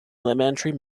elementary